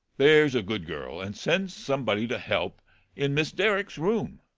there's a good girl, and send somebody to help in miss derrick's room